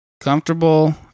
comfortable